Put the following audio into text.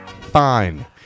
fine